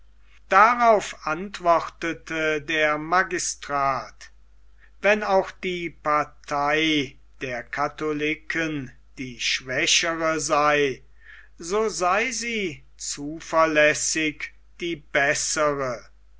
darauf antwortete der magistrat wenn auch die partei der katholiken die schwächere sei so sei sie zuverlässig die bessere